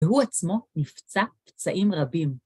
והוא עצמו נפצע פצעים רבים.